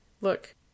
Look